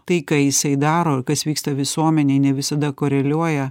tai ką jisai daro kas vyksta visuomenėj ne visada koreliuoja